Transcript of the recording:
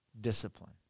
discipline